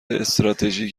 استراتژی